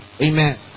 Amen